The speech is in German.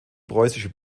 preußische